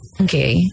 Okay